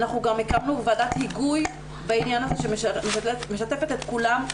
אנחנו גם הקמנו ועדת היגוי בעניין הזה שמשתפת את כולם,